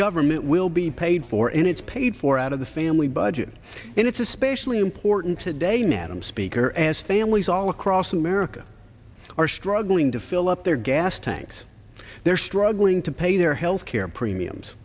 government will be paid for and it's paid for out of the family budget and it's especially important today madam speaker as families all across america are struggling to fill up their gas tanks they're struggling to pay their health care premiums